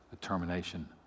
determination